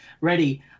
ready